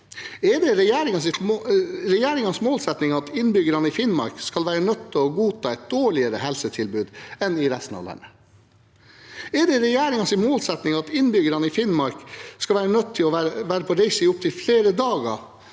Er det regjeringens målsetting at innbyggerne i Finnmark skal være nødt til å godta et dårligere helsetilbud enn resten av landet? Er det regjeringens målsetting at innbyggerne i Finnmark skal være nødt til å være på reise i opptil flere dager